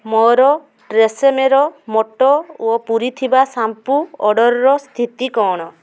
ମୋର ଟ୍ରେସେମେର ମୋଟା ଓ ପୂରିଥିବା ଶ୍ୟାମ୍ପୂ ଅର୍ଡ଼ର୍ର ସ୍ଥିତି କଣ